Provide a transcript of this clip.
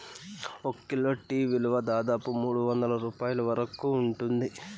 ఒక kilo tea విలువ దాదాపు మూడువందల రూపాయల వరకు ఉంటుంది